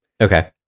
Okay